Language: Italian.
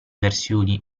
versioni